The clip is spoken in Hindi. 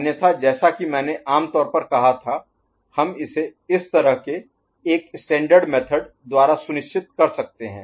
अन्यथा जैसा कि मैंने आम तौर पर कहा था हम इसे इस तरह के एक स्टैण्डर्ड मेथड द्वारा सुनिश्चित कर सकते हैं